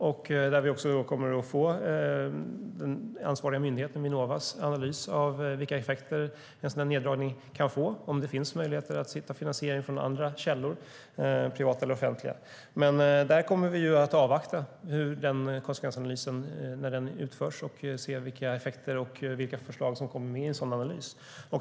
Där kommer vi att få en analys från den ansvariga myndigheten, Vinnova, om vilka effekter en sådan neddragning kan få och om det finns möjligheter att hitta finansiering från andra källor, privata eller offentliga. Vi kommer att avvakta när den konsekvensanalysen utförs och se vilka förslag som kommer med i en sådan analys.